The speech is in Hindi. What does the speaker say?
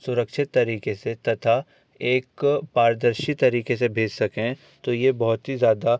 सुरक्षित तरीके से तथा एक पारदर्शी तरीके से भेज सकें तो यह बहुत ही ज़्यादा